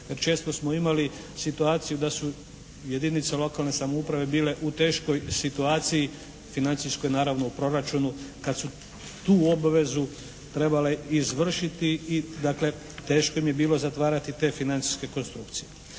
Često smo imali situaciju da su jedinice lokalne samouprave bile u teškoj situaciji, financijskoj naravno u proračunu kad su tu obvezu trebale izvršiti i dakle teško im je bilo zatvarati te financijske konstrukcije.